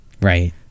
Right